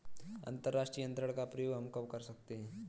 अंतर्राष्ट्रीय अंतरण का प्रयोग हम कब कर सकते हैं?